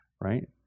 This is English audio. right